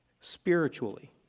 spiritually